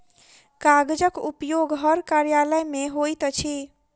कागजक उपयोग हर कार्यालय मे होइत अछि